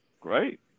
Great